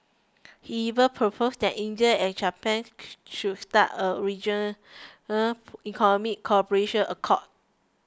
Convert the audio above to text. he even proposed that India and Japan should start a regional economic cooperation accord